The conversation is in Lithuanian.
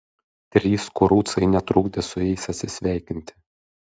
trys kurucai netrukdė su jais atsisveikinti